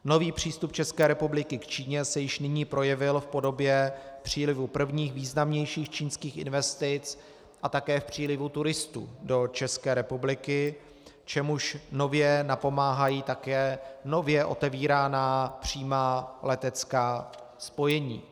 Nový přístup České republiky k Číně se již nyní projevil v podobě přílivu prvních významnějších čínských investic a také v přílivu turistů do České republiky, čemuž nově napomáhají také nově otevíraná přímá letecká spojení.